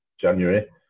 January